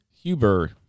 Huber